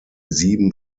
sieben